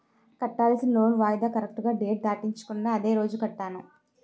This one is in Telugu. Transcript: కట్టాల్సిన లోన్ వాయిదా కరెక్టుగా డేట్ దాటించకుండా అదే రోజు కట్టాను